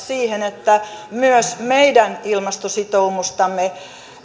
siihen että myös meidän ilmastositoumustamme